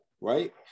right